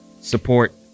support